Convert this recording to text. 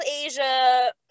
Asia